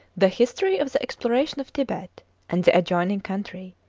the history of the exploration of tibet and the adjoining country,